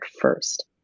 first